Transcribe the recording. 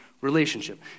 relationship